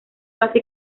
casi